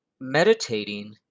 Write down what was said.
meditating